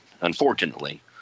unfortunately